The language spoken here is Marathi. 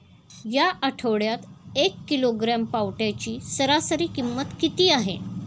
या आठवड्यात एक किलोग्रॅम पावट्याची सरासरी किंमत किती आहे?